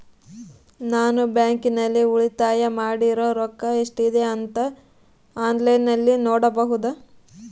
ನಾನು ಬ್ಯಾಂಕಿನಲ್ಲಿ ಉಳಿತಾಯ ಮಾಡಿರೋ ರೊಕ್ಕ ಎಷ್ಟಿದೆ ಅಂತಾ ಆನ್ಲೈನಿನಲ್ಲಿ ನೋಡಬಹುದಾ?